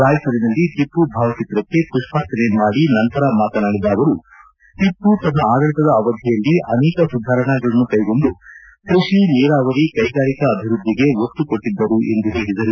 ರಾಯಚೂರಿನಲ್ಲಿ ಟಿಪ್ಪು ಭಾವಚಿತ್ರಕ್ಕೆ ಮಷ್ಪಾರ್ಚನೆ ಮಾಡಿ ನಂತರ ಮಾತನಾಡಿದ ಅವರು ಟಿಪ್ಪು ತನ್ನ ಆಡಳಿತದ ಅವಧಿಯಲ್ಲಿ ಅನೇಕ ಸುಧಾರಣಾ ಕೈಗೊಂಡು ಕೃಷಿ ನೀರಾವರಿ ಕೈಗಾರಿಕಾ ಅಭಿವೃದ್ಧಿಗೆ ಒತ್ತುಕೊಟ್ಟಿದ್ದರು ಎಂದು ಹೇಳಿದರು